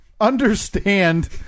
Understand